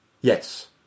Yes